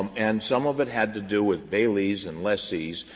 and some of it had to do with bailees and lessees.